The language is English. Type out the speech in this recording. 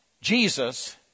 Jesus